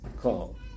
call